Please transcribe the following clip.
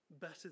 better